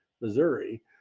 Missouri